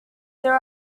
there